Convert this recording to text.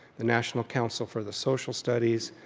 the national council for the social studies.